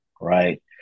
right